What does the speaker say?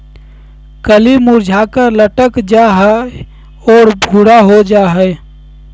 कली मुरझाकर लटक जा हइ और भूरा हो जा हइ